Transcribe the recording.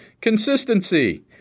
consistency